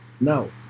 No